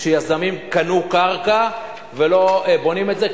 שיזמים קנו קרקע ולא בונים את זה,